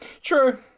True